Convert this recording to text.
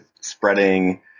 spreading